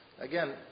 Again